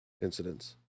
incidents